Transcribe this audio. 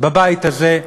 בבית הזה,